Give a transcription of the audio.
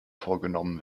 vorgenommen